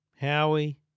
Howie